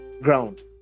ground